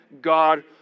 God